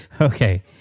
Okay